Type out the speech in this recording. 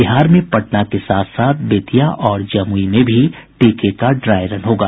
बिहार में पटना के साथ साथ बेतिया और जमुई में भी टीके का ड्राई रन होगा